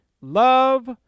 Love